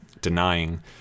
denying